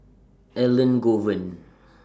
Elangovan